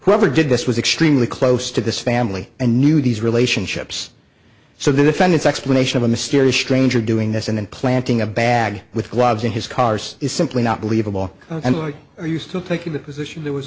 whoever did this was extremely close to this family and knew these relationships so the defendant's explanation of a mysterious stranger doing this and planting a bag with gloves in his cars is simply not believable and or are you still taking the position that was